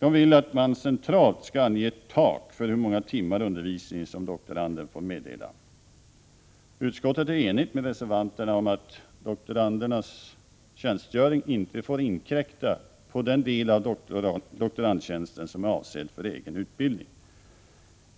De vill att man centralt skall ange ett tak för hur många timmars undervisning som doktoranden får meddela. Utskottet är enigt med reservanterna om att doktorandernas tjänstgöring inte får inkräkta på den del av doktorandtjänsten som är avsedd för egen utbildning.